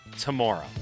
Tomorrow